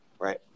Right